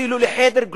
אפילו לחדר,